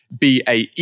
BAE